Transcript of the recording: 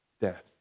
death